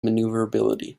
maneuverability